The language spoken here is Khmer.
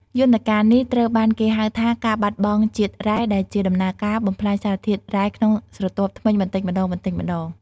យន្តការនេះត្រូវបានគេហៅថា ការបាត់បង់ជាតិរ៉ែ ដែលជាដំណើរការបំផ្លាញសារធាតុរ៉ែក្នុងស្រទាប់ធ្មេញបន្តិចម្តងៗ។